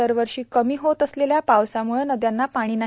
दरवर्षी कमी होत असलेल्या पावसाम्ळे नद्यांना पाणी नाही